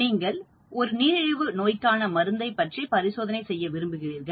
நீங்கள் ஒரு நீரிழிவு நோய்க்கான மருந்தை பற்றி பரிசோதனை செய்ய விரும்புகிறீர்கள்